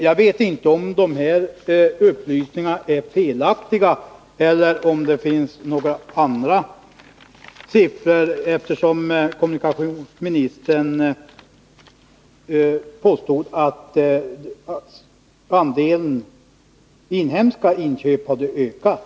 Jag vet inte om dessa upplysningar är felaktiga, eller om det finns några andra siffror, eftersom kommunikationsministern påstod att andelen inhemska uppköp hade ökat.